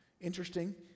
Interesting